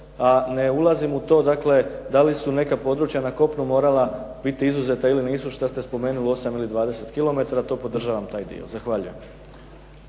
a ne ulazim u to dakle da li su neka područja na kopnu morala biti izuzeta ili nisu, što ste spomenuli 8 ili 20 km. To podržavam taj dio. Zahvaljujem.